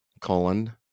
colon